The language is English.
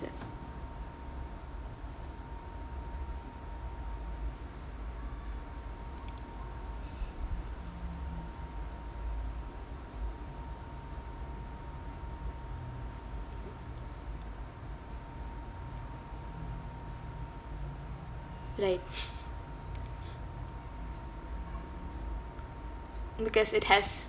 right because it has